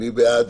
מי בעד